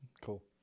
Cool